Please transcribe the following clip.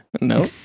No